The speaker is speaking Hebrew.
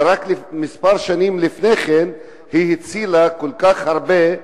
ורק כמה שנים לפני כן היא הצילה כל כך הרבה,